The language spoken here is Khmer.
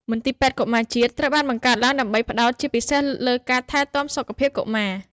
មន្ទីរពេទ្យកុមារជាតិ ត្រូវបានបង្កើតឡើងដើម្បីផ្ដោតជាពិសេសលើការថែទាំសុខភាពកុមារ។